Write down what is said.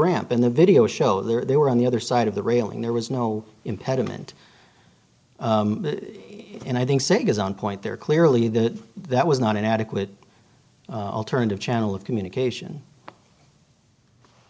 ramp in the video show there they were on the other side of the railing there was no impediment in i think saying is on point there clearly that that was not an adequate alternative channel of communication